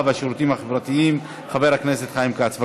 והשירותים החברתיים חבר הכנסת חיים כץ,